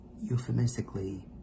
Euphemistically